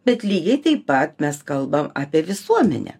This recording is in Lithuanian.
bet lygiai taip pat mes kalbam apie visuomenę